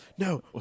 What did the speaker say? No